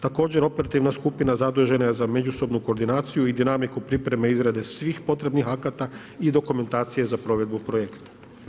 Također operativna skupina zadužena je za međusobno koordinaciju i dinamiku pripreme izrade svih potrebnih akata i dokumentacije za provedbu projekata.